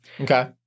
Okay